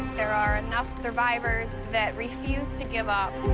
there are enough survivors that refuse to give up.